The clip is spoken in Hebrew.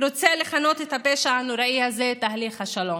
רוצה לכנות את הפשע הנוראי הזה "תהליך השלום".